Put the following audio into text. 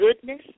goodness